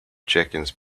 chickens